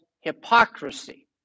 hypocrisy